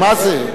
מה זה.